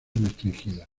restringida